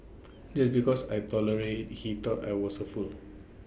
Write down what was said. just because I tolerated he thought I was A fool